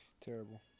Terrible